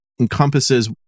encompasses